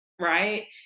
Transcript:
right